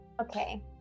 Okay